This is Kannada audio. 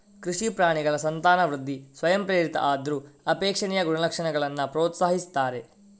ಕೃಷಿ ಪ್ರಾಣಿಗಳ ಸಂತಾನವೃದ್ಧಿ ಸ್ವಯಂಪ್ರೇರಿತ ಆದ್ರೂ ಅಪೇಕ್ಷಣೀಯ ಗುಣಲಕ್ಷಣಗಳನ್ನ ಪ್ರೋತ್ಸಾಹಿಸ್ತಾರೆ